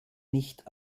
nicht